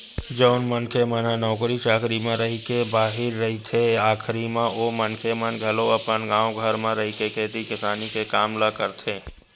जउन मनखे मन ह नौकरी चाकरी म रहिके बाहिर रहिथे आखरी म ओ मनखे मन ह घलो अपन गाँव घर म रहिके खेती किसानी के काम ल करथे